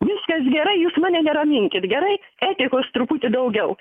viskas gerai jūs mane neraminkit gerai etikos truputį daugiau